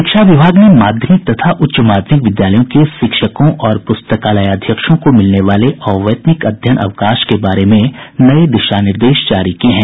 शिक्षा विभाग ने माध्यमिक तथा उच्च माध्यमिक विद्यालयों के शिक्षकों और प्रस्तकालयाध्यक्षों को मिलने वाले अवैतनिक अध्ययन अवकाश के बारे में नये दिशा निर्देश जारी किये हैं